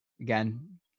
Again